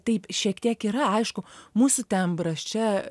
taip šiek tiek yra aišku mūsų tembras čia